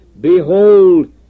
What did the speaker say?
Behold